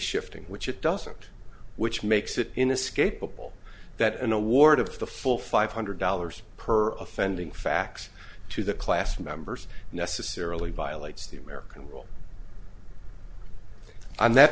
shifting which it doesn't which makes it inescapable that an award of the full five hundred dollars per offending fax to the class members necessarily violates the american rule and that